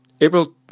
April